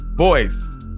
Boys